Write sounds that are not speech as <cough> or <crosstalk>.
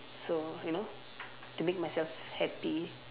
so you know <noise> to make myself happy